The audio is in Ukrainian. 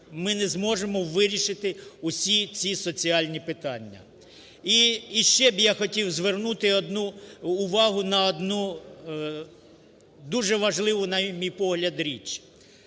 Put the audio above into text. ми не зможемо вирішити усі ці соціальні питання. І ще б я хотів звернути увагу на одну, дуже важливу, на мій погляд, річ.